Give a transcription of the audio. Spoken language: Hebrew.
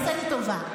תעשה לי טובה.